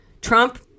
Trump